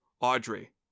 Audrey